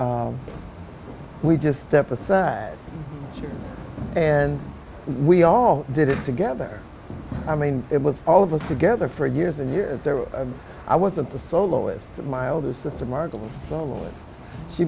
out we just step aside and we all did it together i mean it was all of us together for years and years i wasn't the soloist my older sister margot s